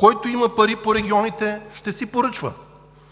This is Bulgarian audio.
който има пари по регионите, ще си поръчва.“